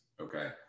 okay